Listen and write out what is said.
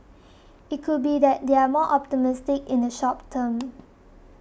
it could be that they're more optimistic in the short term